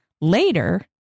later